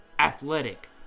athletic